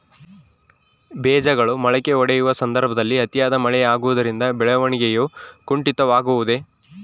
ಬೇಜಗಳು ಮೊಳಕೆಯೊಡೆಯುವ ಸಂದರ್ಭದಲ್ಲಿ ಅತಿಯಾದ ಮಳೆ ಆಗುವುದರಿಂದ ಬೆಳವಣಿಗೆಯು ಕುಂಠಿತವಾಗುವುದೆ?